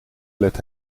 let